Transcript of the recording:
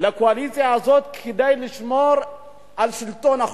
לקואליציה הזאת כדי לשמור על שלטון החוק.